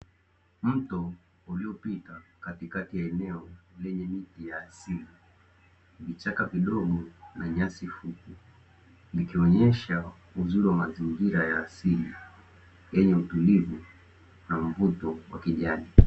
Mto uliopita katikati ya eneo lenye miti ya asili, vichaka vidogo na nyasi fupi, vikionesha uzuri wa mazingira ya asili yenye utulivu na mvuto wa kijani.